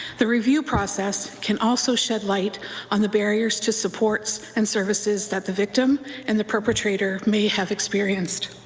the review process can also shed light on the barriers to supports and services that the victim and the perpetrator may have experienced.